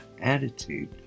attitude